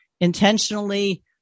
intentionally